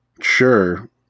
Sure